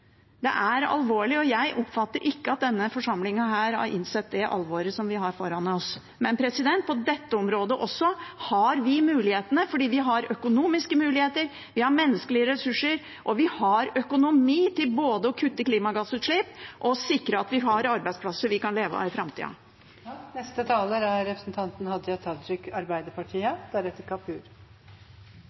Det er alvorlig, og jeg oppfatter ikke at denne forsamlingen har innsett det alvoret som vi har foran oss. Men på dette området også har vi muligheter fordi vi har økonomiske muligheter, vi har menneskelige ressurser, og vi har økonomi til både å kutte klimagassutslipp og å sikre at vi har arbeidsplasser vi kan leve av i framtida.